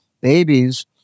babies